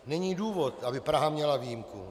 Není důvod, aby Praha měla výjimku.